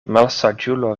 malsaĝulo